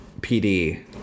PD